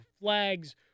flags